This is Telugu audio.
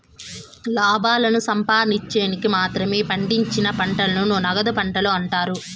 లాభాలను సంపాదిన్చేకి మాత్రమే పండించిన పంటలను నగదు పంటలు అంటారు